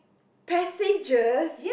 passages